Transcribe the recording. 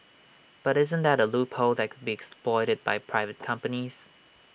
but isn't that A loophole that could be exploited by private companies